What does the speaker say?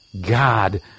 God